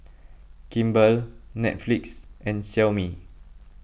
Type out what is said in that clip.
Kimball Netflix and Xiaomi